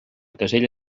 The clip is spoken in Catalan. casella